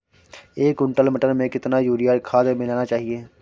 एक कुंटल मटर में कितना यूरिया खाद मिलाना चाहिए?